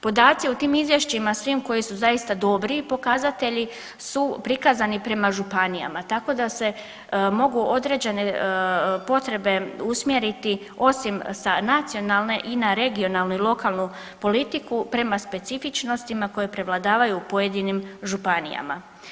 Podaci u tim izvješćima svim koji su zaista dobri pokazatelji su prikazani prema županijama, tako da se mogu određene potrebe usmjeriti osim sa nacionalne i na regionalnu i lokalnu politiku prema specifičnostima koje prevladavaju u pojedinim županijama.